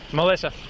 Melissa